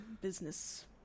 business